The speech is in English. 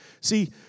See